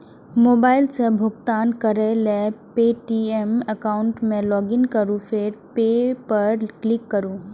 mobile सं भुगतान करै लेल पे.टी.एम एकाउंट मे लॉगइन करू फेर पे पर क्लिक करू